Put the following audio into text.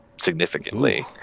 significantly